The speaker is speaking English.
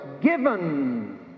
given